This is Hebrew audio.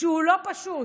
שהוא לא פשוט.